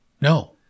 No